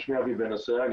שמי אבי בן אסאייג,